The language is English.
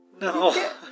No